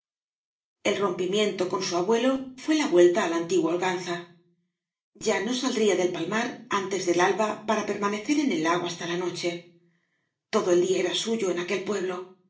mujeres rompimiento con su abuelo fué la vuelta á la antigua holganza ya no saldría del palmar antes del alba para permanecer en el lago hasta la noche todo el día era suyo en aquel pueblo